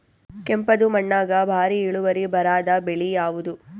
ಕೆಂಪುದ ಮಣ್ಣಾಗ ಭಾರಿ ಇಳುವರಿ ಬರಾದ ಬೆಳಿ ಯಾವುದು?